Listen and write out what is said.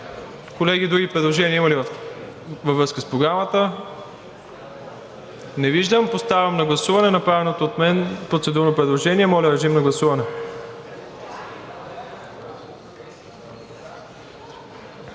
Колеги, други предложения има ли във връзка с Програмата? Не виждам. Поставям на гласуване направеното от мен процедурно предложение. Гласували